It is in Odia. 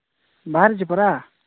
ବାହାରିଛି ପରା